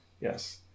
Yes